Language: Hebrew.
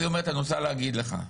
במס' המתגיירים,